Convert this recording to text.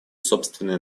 собственный